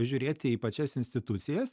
žiūrėti į pačias institucijas